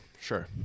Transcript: sure